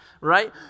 right